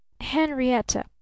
Henrietta